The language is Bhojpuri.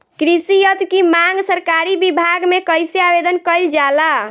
कृषि यत्र की मांग सरकरी विभाग में कइसे आवेदन कइल जाला?